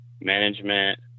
management